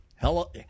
Hello